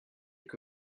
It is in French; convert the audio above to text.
que